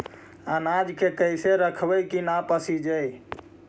अनाज के कैसे रखबै कि न पसिजै?